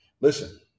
Listen